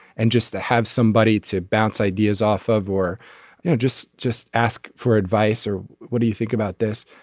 and just to have somebody to bounce ideas off of or you know just just ask for advice or what do you think about this.